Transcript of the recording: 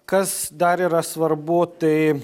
kas dar yra svarbu tai